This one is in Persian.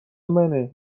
منه